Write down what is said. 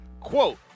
Quote